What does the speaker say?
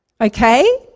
Okay